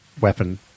weapon